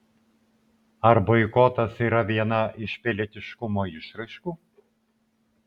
ar boikotas yra viena iš pilietiškumo išraiškų